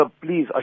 please